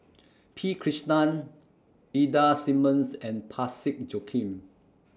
P Krishnan Ida Simmons and Parsick Joaquim